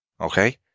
okay